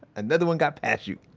another one got past you.